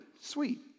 sweet